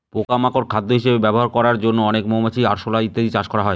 পোকা মাকড় খাদ্য হিসেবে ব্যবহার করার জন্য অনেক মৌমাছি, আরশোলা ইত্যাদি চাষ করা হয়